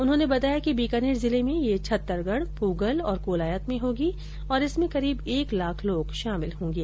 उन्होंने बताया कि बीकानेर जिले में यह छत्तरगढ़ पूगल और कोलायत में होगी और इसमें करीब एक लाख लोग शामिल होंगे